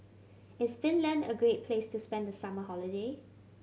is Finland a great place to spend the summer holiday